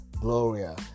Gloria